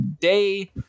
day